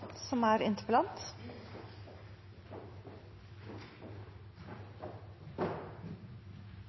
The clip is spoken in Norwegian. som er